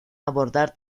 abordar